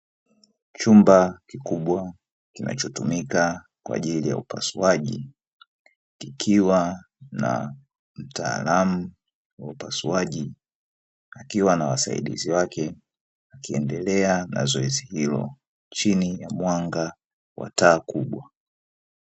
Chumba kikubwa kinachotumika kwa ajili ya upasuaji kikiwa na mtaalamu wa upasuaji, akiwa na wasaidizi wake akiendelea na zoezi hilo chini ya mwanga wa taa kubwa.